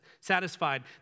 satisfied